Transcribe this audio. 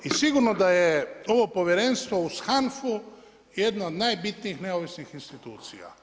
I sigurno da je ovo povjerenstvo uz HANFA-u jedno od najbitnijih neovisnih institucija.